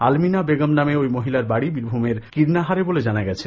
আলমিনা বেগম নামে ঐ মহিলার বাড়ি বীরভূমের কীর্ণাহারে বলে জানা গেছে